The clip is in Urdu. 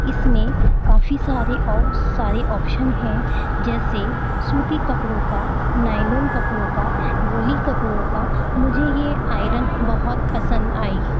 اس میں کافی سارے او سارے آپشن ہیں جیسے سوتی کپڑوں کا نائلون کپڑوں کا وولی کپڑوں کا مجھے یہ آئرن بہت پسند آئی